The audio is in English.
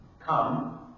Come